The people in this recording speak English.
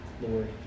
Lord